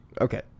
okay